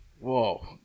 Whoa